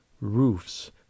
Roofs